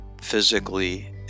physically